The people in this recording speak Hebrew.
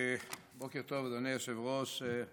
בוקר טוב, אדוני היושב-ראש.